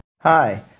Hi